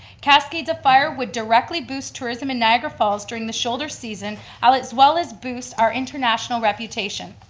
cascades of fire would directly boost tourism in niagara falls during the shoulder season as well as boost our international reputation.